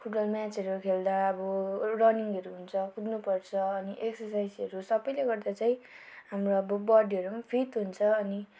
football म्याचहरू खेल्दा अब रनिङहरू हुन्छ कुद्नुपर्छ अनि एक्सर्साइजहरू सबैले गर्दा चाहिँ हाम्रो अब बडीहरू पनि फिट हुन्छ अनि